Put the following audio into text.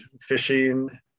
fishing